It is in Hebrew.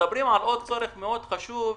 מדברים על עוד צורך חשוב מאוד,